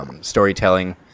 storytelling